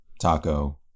Taco